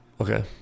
Okay